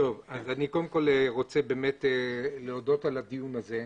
רוצה להודות על הדיון הזה.